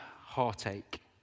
heartache